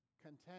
content